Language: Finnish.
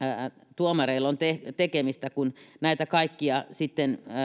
tuomareilla on tekemistä kun näitä kaikkia sitten